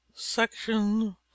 SECTION